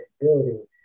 building